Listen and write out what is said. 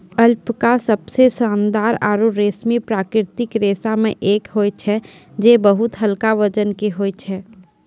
alpaca सबसें शानदार आरु रेशमी प्राकृतिक रेशा म सें एक होय छै जे बहुत हल्का वजन के होय छै